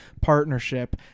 partnership